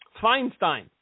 Feinstein